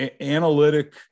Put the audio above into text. analytic